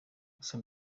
gusa